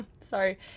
sorry